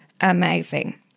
amazing